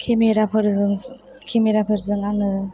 केमेराफोरजों आङो